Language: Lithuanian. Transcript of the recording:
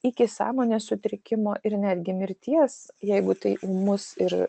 iki sąmonės sutrikimo ir netgi mirties jeigu tai ūmus ir